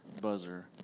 buzzer